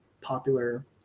popular